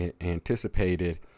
anticipated